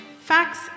Facts